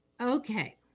Okay